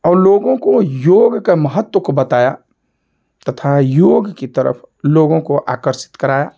और लोगों को योग का महत्व को बताया तथा योग की तरफ लोगों को आकर्षित कराया